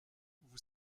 vous